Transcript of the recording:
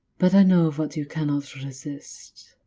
but i know what you cannot resist.